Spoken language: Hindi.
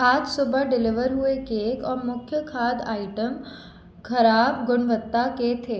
आज सुबह डिलीवर हुए केक और मुख्य खाद्य आइटम्स खराब गुणवत्ता के थे